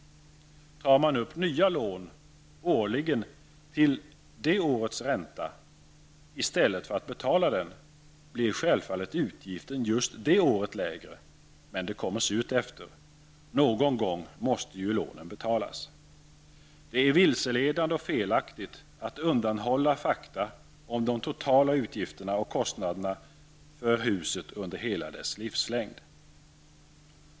Tar man upp nya lån årligen till det årets ränta i stället för att betala den, blir självfallet utgiften just det året lägre, men det kommer surt efter. Någon gång måste ju lånen betalas. Det är vilseledande och felaktigt att undanhålla fakta om de totala utgifterna och kostnaderna för huset under dess hela livslängd.